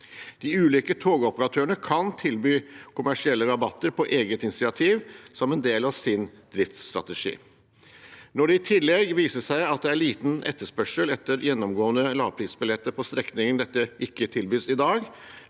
De ulike togoperatørene kan tilby kommersielle rabatter på eget initiativ som en del av sin driftsstrategi. Når det i tillegg viser seg at det er liten etterspørsel etter gjennomgående lavprisbilletter på strekningen dette ikke tilbys i dag,